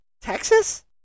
Texas